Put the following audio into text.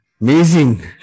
Amazing